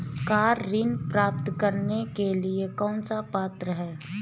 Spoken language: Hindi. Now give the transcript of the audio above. कार ऋण प्राप्त करने के लिए कौन पात्र है?